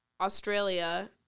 australia